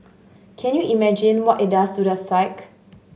can you imagine what it does to their psyche